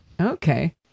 Okay